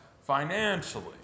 financially